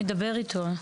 אנחנו גם נדבר איתו.